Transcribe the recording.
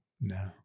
No